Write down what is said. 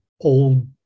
old